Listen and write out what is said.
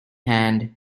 hand